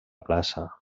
plaça